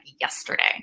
yesterday